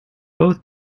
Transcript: both